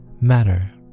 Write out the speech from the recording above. matter